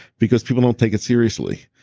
because people don't take it seriously.